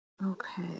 Okay